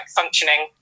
functioning